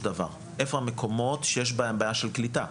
דבר איפה המקומות שיש בהם בעיה של קליטה,